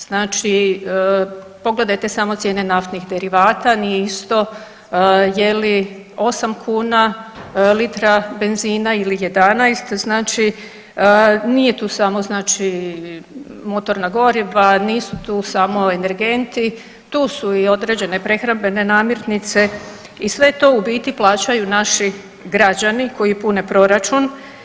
Znači, pogledajte samo cijene naftnih derivata, nije isto je li 8 kuna litra benzina ili 11, znači nije tu samo znači motorna goriva, nisu tu samo energenti, tu su i određene prehrambene namirnice i sve to u biti plaćaju naši građani koji pune proračun.